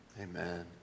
Amen